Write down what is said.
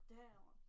down